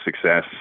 success